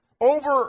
Over